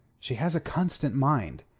she has a constant mind.